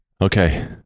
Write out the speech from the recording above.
okay